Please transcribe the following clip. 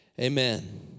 Amen